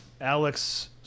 Alex